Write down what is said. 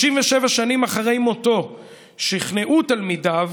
37 שנים אחרי מותו שכנעו תלמידיו,